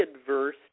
adverse